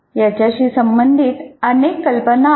याच्याशी संबंधित अनेक कल्पना आहेत